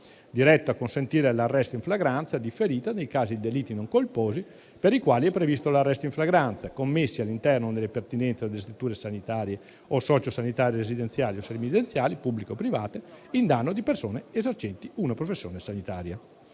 diretto a consentire l'arresto in flagranza differita nei casi di delitti non colposi per i quali è previsto l'arresto in flagranza, commessi all'interno delle pertinenze di strutture sanitarie o sociosanitarie, residenziali o semiresidenziali, pubbliche o private, in danno di persone esercenti una professione sanitaria.